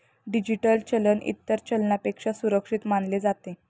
digital चलन इतर चलनापेक्षा सुरक्षित मानले जाते